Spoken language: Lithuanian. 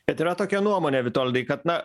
bet yra tokia nuomonė vitoldai kad na